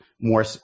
more